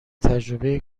تجربه